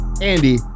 Andy